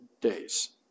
days